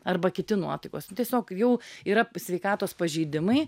arba kiti nuotaikos tiesiog jau yra sveikatos pažeidimai